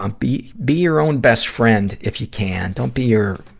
um be, be your own best friend, if you can. don't be your,